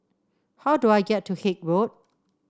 how do I get to Haig Road